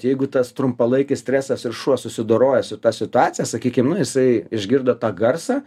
jeigu tas trumpalaikis stresas ir šuo susidoroja su ta situacija sakykim nu jisai išgirdo tą garsą